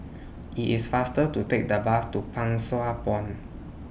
IT IS faster to Take The Bus to Pang Sua Pond